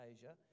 Asia